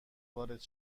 وارد